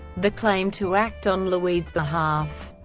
the claimed to act on louis' behalf,